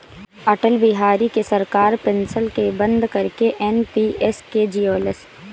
अटल बिहारी के सरकार पेंशन के बंद करके एन.पी.एस के लिअवलस